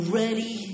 ready